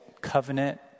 Covenant